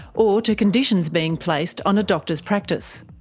or to conditions being placed on a doctor's practice.